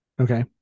Okay